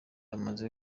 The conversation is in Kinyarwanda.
amaze